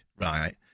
right